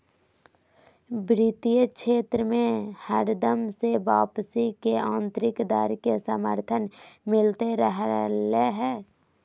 वित्तीय क्षेत्र मे हरदम से वापसी के आन्तरिक दर के समर्थन मिलते रहलय हें